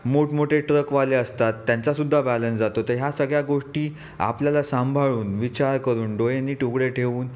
मोठ मोठे ट्रकवाले असतात त्यांचा सुद्धा बॅलन्स जातो तर ह्या सगळ्या गोष्टी आपल्याला सांभाळून विचार करून डोळे नीट उघडे ठेवून